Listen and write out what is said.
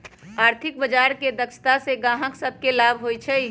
आर्थिक बजार के दक्षता से गाहक सभके लाभ होइ छइ